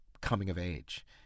coming-of-age